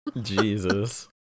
jesus